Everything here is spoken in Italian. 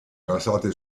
basate